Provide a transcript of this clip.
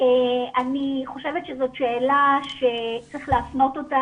אני חושבת שזאת שאלה שצריך להפנות אותה,